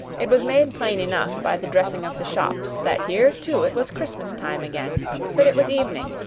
it was made plain enough, by the dressing of the shops, that here too it was christmas time again but it was evening,